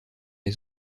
les